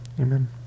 Amen